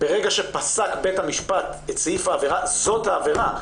ברגע שפסק בית המשפט את סעיף העבירה, זאת העבירה.